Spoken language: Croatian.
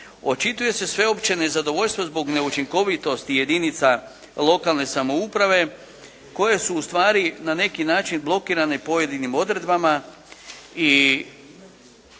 očituje se sveopće nezadovoljstvo zbog neučinkovitosti jedinica lokalne samouprave koje su u stvari na neki način blokirane pojedinim odredbama i